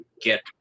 get